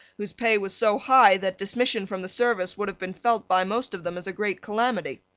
whose pay was so high that dismission from the service would have been felt by most of them as a great calamity.